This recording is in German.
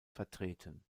vertreten